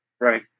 Right